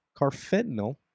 carfentanil